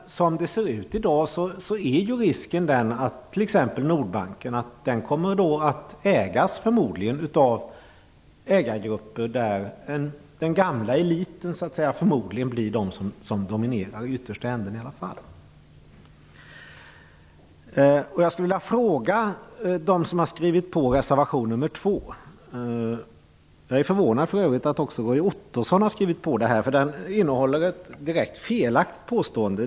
Som det ser ut i dag finns det risk för att t.ex. Nordbanken kommer att ägas av ägargrupper där den gamla eliten förmodligen blir de som dominerar i yttersta änden i alla fall. Jag skulle vilja fråga dem som har skrivit under reservation nr 2 en sak. Jag är för övrigt förvånad att även Roy Ottosson har skrivit under den. Den innehåller ett direkt felaktigt påstående.